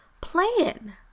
plan